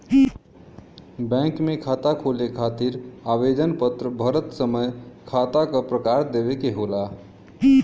bank में खाता खोले खातिर आवेदन पत्र भरत समय खाता क प्रकार देवे के होला